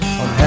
on